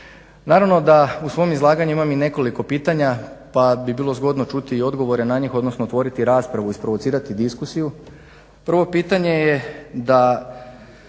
Naravno da u svom izlaganju imam i nekoliko pitanja, pa bi bilo zgodno čuti i odgovore na njih, odnosno otvoriti raspravu, isprovocirati diskusiju. Prvo pitanje je da